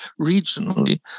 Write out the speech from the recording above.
regionally